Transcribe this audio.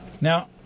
now